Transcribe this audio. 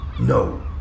No